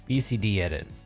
bcdedit.